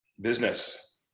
business